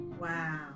Wow